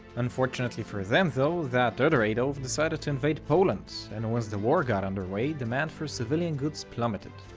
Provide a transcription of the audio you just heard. unfortunately for them though, that other adolf decided to invade poland, and once the war got underway demand for civilian goods plummeted.